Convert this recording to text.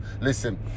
listen